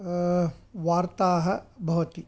वार्ताः भवति